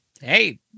hey